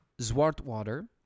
Zwartwater